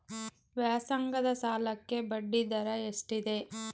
ವ್ಯಾಸಂಗದ ಸಾಲಕ್ಕೆ ಬಡ್ಡಿ ದರ ಎಷ್ಟಿದೆ?